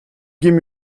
give